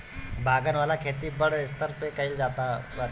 बागन वाला खेती बड़ स्तर पे कइल जाता बाटे